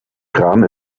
kraan